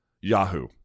Yahoo